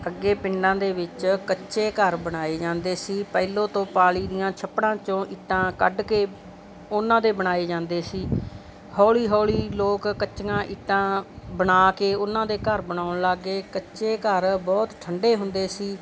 ਅੱਗੇ ਪਿੰਡਾਂ ਦੇ ਵਿੱਚ ਕੱਚੇ ਘਰ ਬਣਾਏ ਜਾਂਦੇ ਸੀ ਪਹਿਲਾਂ ਤੋਂ ਪਾਲੀ ਦੀਆਂ ਛੱਪੜਾਂ 'ਚੋਂ ਇੱਟਾਂ ਕੱਢ ਕੇ ਉਹਨਾਂ ਦੇ ਬਣਾਏ ਜਾਂਦੇ ਸੀ ਹੌਲੀ ਹੌਲੀ ਲੋਕ ਕੱਚੀਆਂ ਇੱਟਾਂ ਬਣਾ ਕੇ ਉਹਨਾਂ ਦੇ ਘਰ ਬਣਾਉਣ ਲੱਗ ਗਏ ਕੱਚੇ ਘਰ ਬਹੁਤ ਠੰਢੇ ਹੁੰਦੇ ਸੀ